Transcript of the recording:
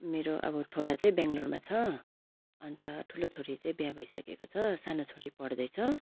मेरो अब छोरा चाहिँ बेङ्लोरमा छ अन्त ठुलो छोरी चाहिँ बिहे भइसकेको छ सानो छोरी पढ्दैछ